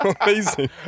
amazing